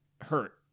hurt